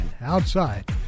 outside